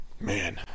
man